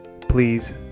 please